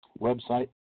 website